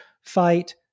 fight